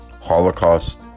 Holocaust